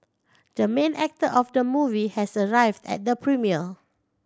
the main actor of the movie has arrived at the premiere